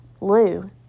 Lou